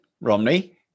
Romney